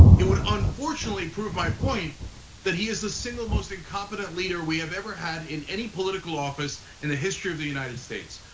it would, unfortunately, prove my point that he is the single most incompetent leader we have ever had in any political office in the history of the united states.